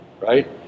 right